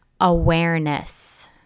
awareness